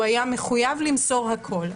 הוא היה מחויב למסור הכול.